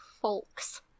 folks